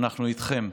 אנחנו איתכם.